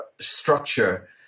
structure